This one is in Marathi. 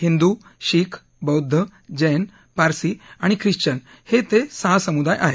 हिंदू शीख बौद्ध जैन पारसी आणि ख्रिश्चन हे ते सहा समुदाय आहेत